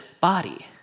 body